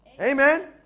Amen